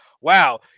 wow